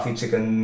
chicken